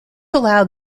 allowed